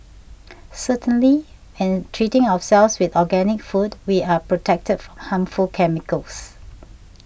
certainly when treating ourselves with organic food we are protected harmful chemicals